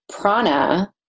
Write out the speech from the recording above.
Prana